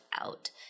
out